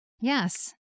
Yes